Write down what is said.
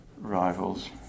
rivals